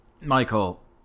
Michael